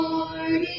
Lord